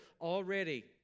already